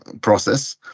process